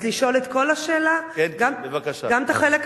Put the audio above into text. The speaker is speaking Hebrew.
לשאול את כל השאלה, גם את החלק השני?